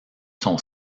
son